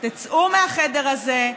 תצאו מהחדר הזה,